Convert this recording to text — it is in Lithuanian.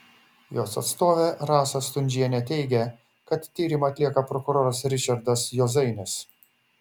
jos atstovė rasa stundžienė teigė kad tyrimą atlieka prokuroras ričardas juozainis